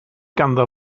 ganddo